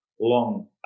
long